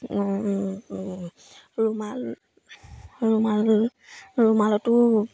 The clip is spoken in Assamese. ৰুমাল ৰুমাল ৰুমালতো